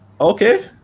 Okay